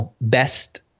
best